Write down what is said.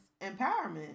empowerment